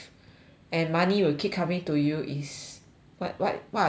and money will keep coming to you is what what what other things